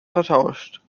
vertauscht